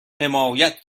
حمایت